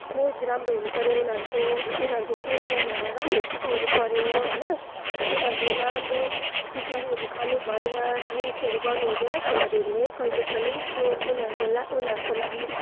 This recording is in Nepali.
कोच राम्रो हुनु पऱ्यो उनीहरूको उनीहरूको कोचले उनीहरूलाई राम्रो सिकाउनु पऱ्यो होइन उनीहरूले नराम्रो सुपारीहरू खानु भएन ड्रिङ्कसहरू गर्नु हुँदैन खेलाडीहरूले कहिले पनि त्यो उनीहरूको ला उनीहरूको लागि